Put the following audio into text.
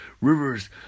Rivers